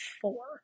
four